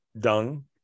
dung